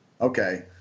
Okay